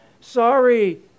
Sorry